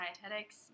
dietetics